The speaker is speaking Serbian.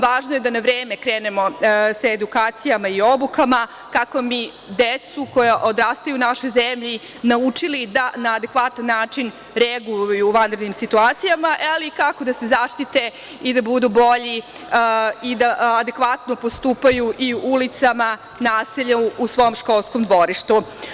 Važno je da na vreme krenemo sa edukacijama i obukama kako bi decu, koja odrastaju u našoj zemlji, naučili da na adekvatan način reaguju u vanrednim situacijama, ali i kako da se zaštite i da budu bolji i da adekvatno postupaju na ulici, naselju i svom školskom dvorištu.